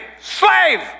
Slave